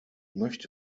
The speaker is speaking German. möchte